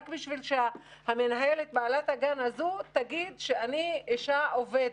רק בשביל שהמנהלת תגיד שהיא אישה עובדת.